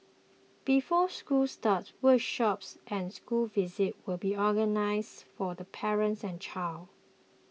before school starts workshops and school visits will be organised for the parents and child